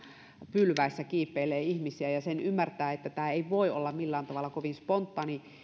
pylväissä kiipeilee ihmisiä sen ymmärtää että tämä ei voi olla millään tavalla kovin spontaani